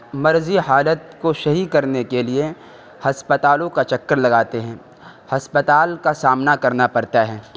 مرضی حالت کو صحیح کرنے کے لیے ہسپتالوں کا چکر لگاتے ہیں ہسپتال کا سامنا کرنا پڑتا ہے